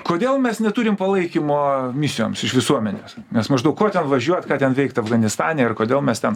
kodėl mes neturim palaikymo misijoms iš visuomenės nes maždaug ko ten važiuot ką ten veikt afganistane ir kodėl mes ten